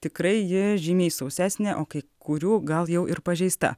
tikrai ji žymiai sausesnė o kai kurių gal jau ir pažeista